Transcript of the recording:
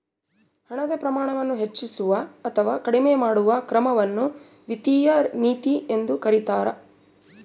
ಹಣದ ಪ್ರಮಾಣವನ್ನು ಹೆಚ್ಚಿಸುವ ಅಥವಾ ಕಡಿಮೆ ಮಾಡುವ ಕ್ರಮವನ್ನು ವಿತ್ತೀಯ ನೀತಿ ಎಂದು ಕರೀತಾರ